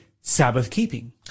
Sabbath-keeping